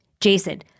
Jason